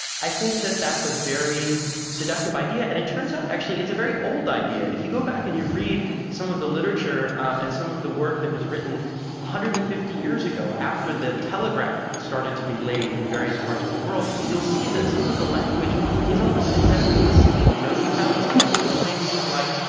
i think that that's a very seductive idea, and it turns out actually it's a very old idea. if you go back and you read some of the literature and some of the work that was written one hundred and fifty years ago, after the telegraph started to be laid in various parts of the world, you'll see that some of the language is almost exactly the same, you know, you have these people who are saying things like,